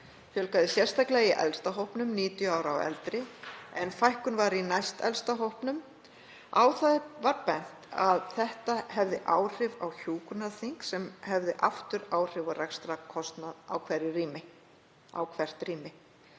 fjölgaði sérstaklega í elsta hópnum, 90 ára og eldri, en fækkun var í næstelsta hópnum. Á það var bent að þetta hefði áhrif á hjúkrunarþyngd sem hefði aftur áhrif á rekstrarkostnað á hvert rými. Fulltrúar